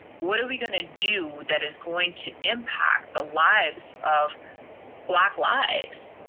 what are we gonna do that is going to impact the lives of black lives?